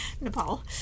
Nepal